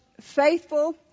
faithful